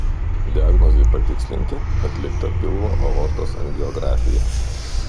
diagnozei patikslinti atlikta pilvo aortos angiografija